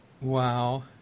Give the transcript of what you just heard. Wow